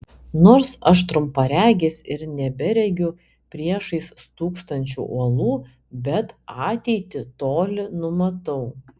nors aš trumparegis ir neberegiu priešais stūksančių uolų bet ateitį toli numatau